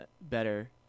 better